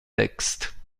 textes